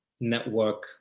network